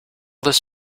this